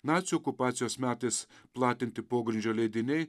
nacių okupacijos metais platinti pogrindžio leidiniai